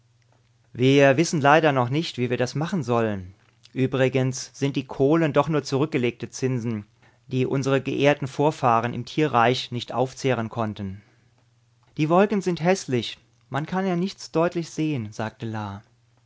wir wissen leider noch nicht wie wir das machen sollen übrigens sind die kohlen doch nur zurückgelegte zinsen die unsere geehrten vorfahren im tierreich nicht aufzehren konnten die wolken sind häßlich man kann ja nichts deutlich sehen sagte